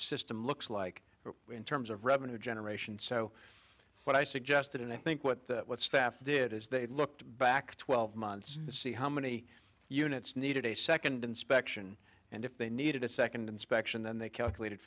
system looks like in terms of revenue generation so what i suggested and i think what staff did is they looked back twelve months to see how many units needed a second inspection and if they needed a second inspection then they calculated